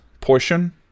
portion